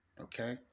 okay